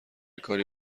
کاری